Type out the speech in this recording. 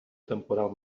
temporal